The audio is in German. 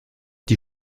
die